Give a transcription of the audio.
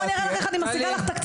בואי אראה לך איך אני משיגה לך תקציב